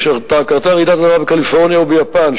כשקרו רעידות אדמה בקליפורניה וביפן,